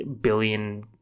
billion